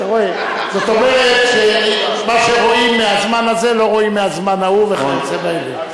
זאת אומרת שמה שרואים מהזמן הזה לא רואים מהזמן ההוא וכיוצא באלה.